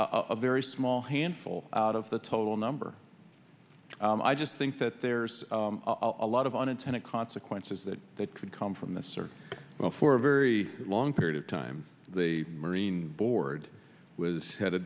a very small handful out of the total number i just think that there's a lot of unintended consequences that that could come from this or for a very long period of time the marine board was head